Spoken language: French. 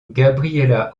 gabriella